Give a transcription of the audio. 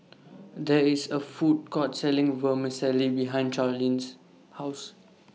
There IS A Food Court Selling Vermicelli behind Charline's House